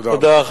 תודה.